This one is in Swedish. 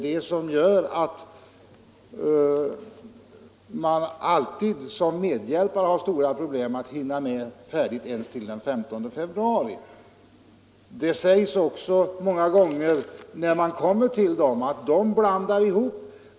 Detta gör att man som medhjälpare alltid har stora problem att hinna bli färdig ens till den 15 februari. Många gånger när man kommer till dem för att deklarera visar det sig att de blandar ihop papperen.